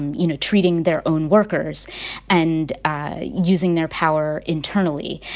you know, treating their own workers and using their power internally.